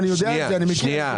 אני מכיר את זה.